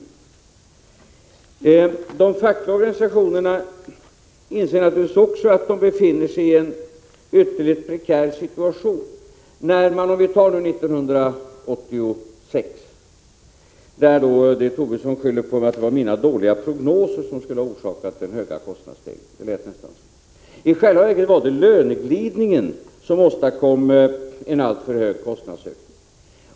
Också de fackliga organisationerna inser naturligtvis att de befinner sig i en ytterligt prekär situation. Vad gäller 1986 lät det nästan som om Tobisson ville skylla den stora kostnadsstegringen på mina dåliga prognoser. I själva verket var det löneglidningen som åstadkom en alltför stor kostnadsökning.